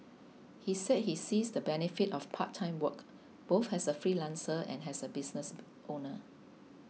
he said he sees the benefit of part time work both as a freelancer and as a business owner